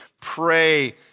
pray